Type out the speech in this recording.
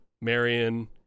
Marion